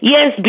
Yes